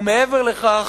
ומעבר לכך,